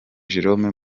jérôme